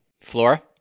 Flora